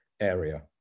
area